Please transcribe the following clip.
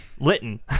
Litton